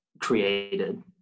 created